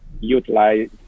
Utilize